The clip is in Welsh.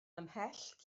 ymhell